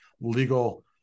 legal